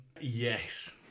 Yes